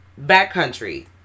backcountry